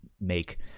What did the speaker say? make